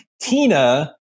Tina